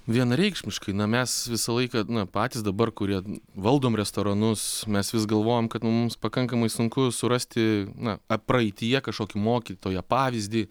vienareikšmiškai na mes visą laiką na patys dabar kurie valdom restoranus mes vis galvojam kad nu mums pakankamai sunku surasti na praeityje kažkokį mokytoją pavyzdį